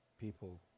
people